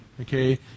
okay